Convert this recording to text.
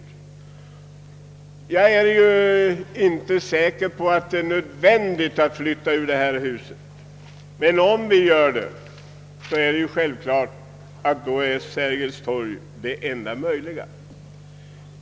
Jag är inte säker på att det är nödvändigt att flytta ut ur det här huset, men om vi gör det måste Sergels torg vara den enda möjliga platsen.